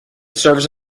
serves